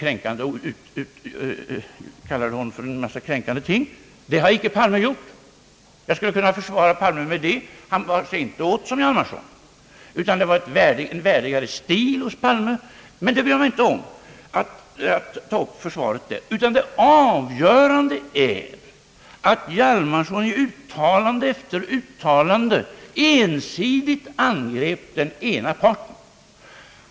Han kallade Chrustjov för en massa kränkande ting. Det har icke Palme gjort beträffande Johnson. Jag skulle kunna försvara Palme med det. Han bar sig inte åt som Hjalmarson, utan det var en värdigare stil hos Palme. Men jag bryr mig inte om att ta upp försvaret på den punkten. Det avgörande är att Hjalmarson i uttalande efter uttalande ensidigt angrep den ena parten.